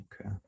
Okay